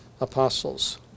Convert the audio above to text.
apostles